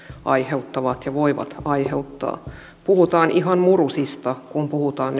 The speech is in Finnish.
aiheuttavat ja voivat aiheuttaa puhutaan ihan murusista kun puhutaan